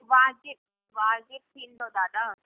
वाजिबि वाजिबि थींदो दादा